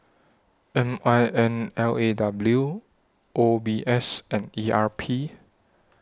M I N L A W O B S and E R P